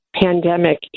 pandemic